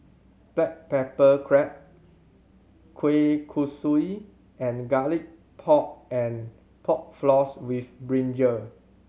black pepper crab kueh kosui and Garlic Pork and Pork Floss with brinjal